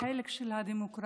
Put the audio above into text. החלק של הדמוקרטית.